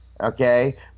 okay